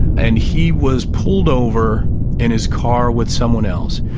and he was pulled over in his car with someone else,